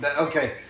Okay